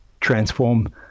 transform